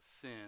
sin